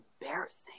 embarrassing